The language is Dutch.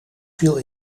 viel